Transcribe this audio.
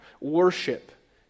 worship